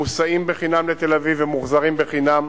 מוסעים בחינם לתל-אביב ומוחזרים בחינם.